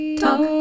talk